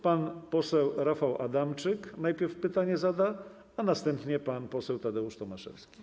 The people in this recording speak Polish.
Pan poseł Rafał Adamczyk najpierw zada pytanie, a następnie pan poseł Tadeusz Tomaszewski.